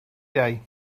day